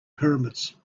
pyramids